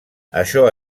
això